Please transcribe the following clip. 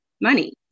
money